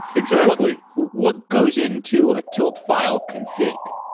exactly. what goes into tilt file config?